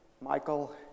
Michael